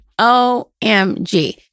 OMG